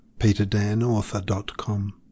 peterdanauthor.com